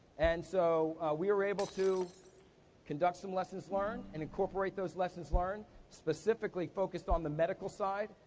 and so, we were able to conduct some lessons learned and incorporate those lessons learned, specifically focused on the medical side,